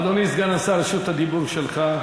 אדוני סגן השר, רשות הדיבור שלך.